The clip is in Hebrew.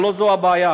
אבל לא זו הבעיה,